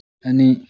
ꯑꯅꯤ